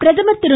பிரதமர் திரு